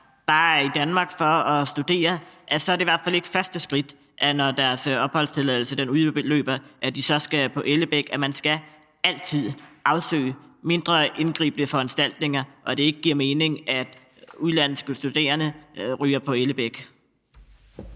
bare er i Danmark for at studere, at så er det i hvert fald ikke første skridt, når deres opholdstilladelse udløber, at de så skal på Ellebæk, men at man altid skal afsøge mindre indgribende foranstaltninger, og at det ikke giver mening, at udenlandske studerende ryger til Ellebæk.